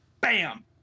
BAM